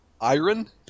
Iron